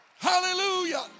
Hallelujah